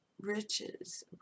riches